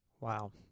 Wow